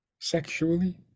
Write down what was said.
sexually